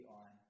on